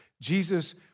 Jesus